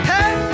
Hey